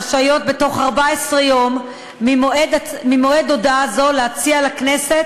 רשאית בתוך 14 יום ממועד הודעה זו להציע לכנסת